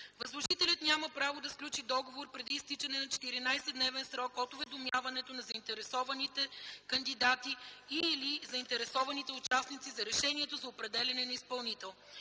Възложителят няма право да сключи договор преди изтичане на 14-дневен срок от уведомяването на заинтересованите кандидати и/или заинтересованите участници за решението за определяне на изпълнител.